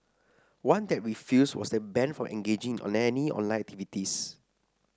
one that refused was then banned from engaging in any online activities